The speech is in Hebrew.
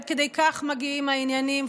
עד כדי כך מגיעים העניינים.